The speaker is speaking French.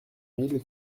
mille